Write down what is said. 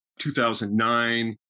2009